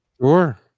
sure